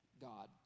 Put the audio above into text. God